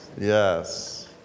yes